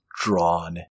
drawn